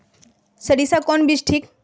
सरीसा कौन बीज ठिक?